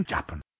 Japan